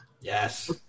Yes